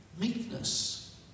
meekness